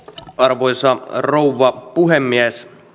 arvoisa rouva puhemies